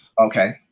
Okay